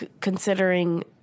considering